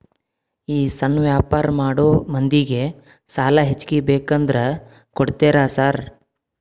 ಈ ಸಣ್ಣ ವ್ಯಾಪಾರ ಮಾಡೋ ಮಂದಿಗೆ ಸಾಲ ಹೆಚ್ಚಿಗಿ ಬೇಕಂದ್ರ ಕೊಡ್ತೇರಾ ಸಾರ್?